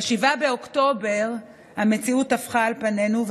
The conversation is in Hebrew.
ב-7 באוקטובר המציאות טפחה על פנינו,